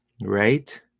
right